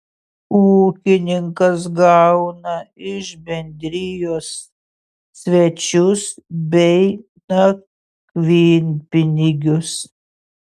ūkininkas gauna iš bendrijos svečius bei nakvynpinigius